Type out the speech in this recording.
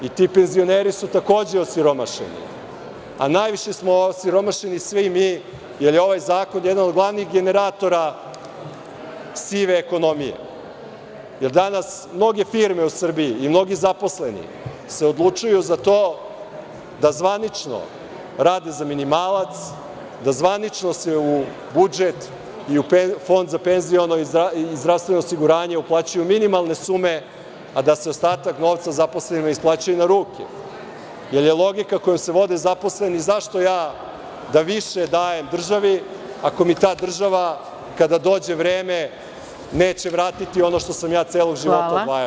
I ti penzioneri su takođe osiromašeni, a najviše smo osiromašeni svi mi, jer je ovaj zakon jedan od glavnih generatora sive ekonomije, jer danas mnoge firme u Srbiji i mnogi zaposleni se odlučuju za to da zvanično rade za minimalac, da zvanično se u budžet i u Fond za penziono o zdravstveno osiguranje uplaćuju minimalne sume, a da se ostatak novca zaposlenima isplaćuje na ruke, jer je logika kojom se vode zaposleni – zašto ja da više dajem državi ako mi ta država kada dođe vreme neće vratiti ono što sam ja celog života odvajao?